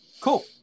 Cool